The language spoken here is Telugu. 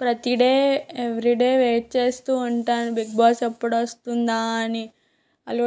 ప్రతీ డే ఎవ్రీడే వెయిట్ చేస్తూ ఉంటాను బిగ్ బాస్ ఎప్పుడు వస్తుందా అని అలో